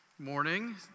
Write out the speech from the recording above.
Morning